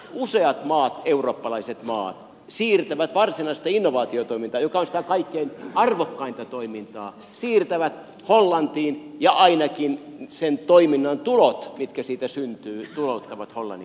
useat eurooppalaiset maat siirtävät varsinaista innovaatiotoimintaa joka on sitä kaikkein arvokkainta toimintaa hollantiin ja tulouttavat ainakin sen toiminnan tulot mitkä siitä syntyvät hollannin kautta